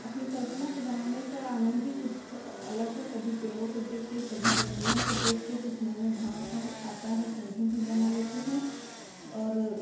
अपनी कल्पना से बनाने का आनंद ही कुछ अलग है कभी पेड़ों को देख कर कभी तितलियों को देख कर कुछ मन में भाव आता है तो उन्हें भी बना लेते हैं और